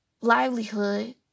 livelihood